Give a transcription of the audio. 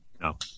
No